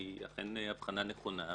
היא אכן אבחנה נכונה.